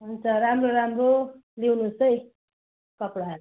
हुन्छ राम्रो राम्रो ल्याउनुहोस् है कपडाहरू